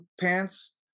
pants